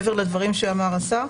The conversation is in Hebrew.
מעבר לדברים שאמר השר.